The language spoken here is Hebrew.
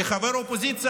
כחבר אופוזיציה,